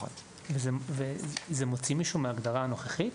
זה מוציא מישהו מההגדרה הנוכחית?